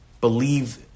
believe